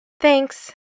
Thanks